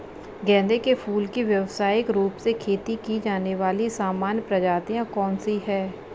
गेंदे के फूल की व्यवसायिक रूप से खेती की जाने वाली सामान्य प्रजातियां कौन सी है?